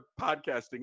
podcasting